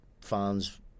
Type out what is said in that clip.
fans